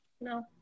no